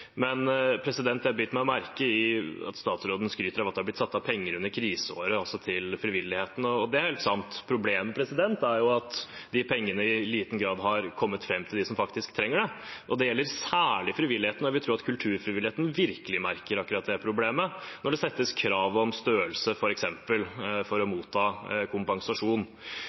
Jeg biter meg merke i at statsråden skryter av at det har blitt satt av penger under kriseåret til frivilligheten, og det er sant. Problemet er at de pengene i liten grad har kommet fram til dem som faktisk trenger dem, og det gjelder særlig frivilligheten. Jeg vil tro at kulturfrivilligheten virkelig merker akkurat det problemet, når det f.eks. settes krav om størrelse for å motta kompensasjon.